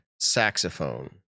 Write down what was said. saxophone